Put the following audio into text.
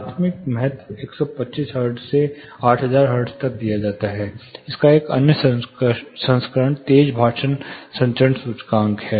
प्राथमिक महत्व 125 हर्ट्ज से 8000 हर्ट्ज तक दिया जाता है इसका एक अन्य संस्करण तेज भाषण संचरण सूचकांक है